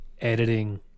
editing